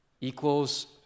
equals